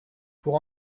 pour